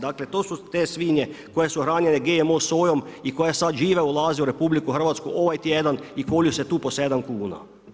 Dakle to su te svinje koje su hranjene GMO sojom i koje sada žive ulaze u RH ovaj tjedan i kolju se tu po sedam kuna.